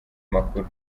makuru